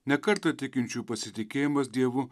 ne kartą tikinčiųjų pasitikėjimas dievu